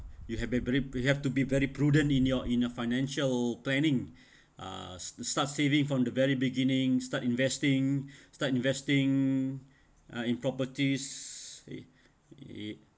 you have be~ very you have to be very prudent in your in your financial planning uh s~ start saving from the very beginning start investing start investing uh in properties eh eh